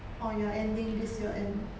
or you are ending this year end